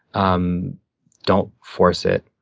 um don't force it.